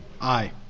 Aye